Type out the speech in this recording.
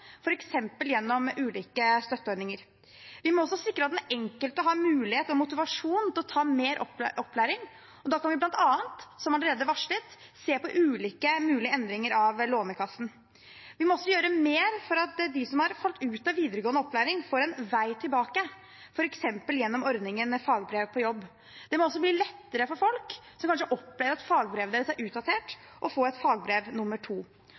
gjennom ulike støtteordninger. Vi må også sikre at den enkelte har mulighet og motivasjon til å ta mer opplæring, og da kan vi bl.a., som allerede varslet, se på ulike mulige endringer av Lånekassen. Vi må gjøre mer for at de som har falt ut av videregående opplæring, får en vei tilbake, f.eks. gjennom ordningen med fagbrev på jobb. Det må også bli lettere for folk som kanskje opplever at fagbrevet deres er utdatert, å få et fagbrev nummer to.